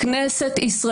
לכן בנימין נתניהו